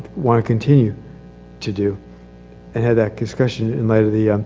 want to continue to do. and have that discussion in light of the